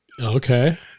Okay